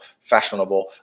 fashionable